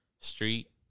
street